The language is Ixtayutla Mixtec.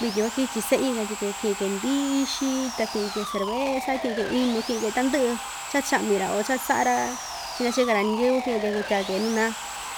Vityin kuakichi seꞌi katyi‑ke kiꞌin‑ke ndixi ta kiꞌin‑ke cerveza kiꞌin‑ke inu kiꞌin‑ke tandɨꞌɨ cha chaꞌmi‑ra o cha saꞌa‑ra chindyachika‑ra ñiyɨvɨ kiꞌin‑ke kutya‑ke nuu naa